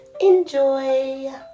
Enjoy